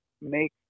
make